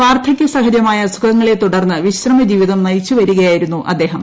വാർധക്യസഹജമായ അസുഖങ്ങളെ തുടർന്ന് വിശ്രമജീവിതം നിയിച്ചു വരികയായിരുന്നു അദ്ദേഹം